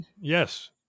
yes